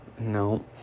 No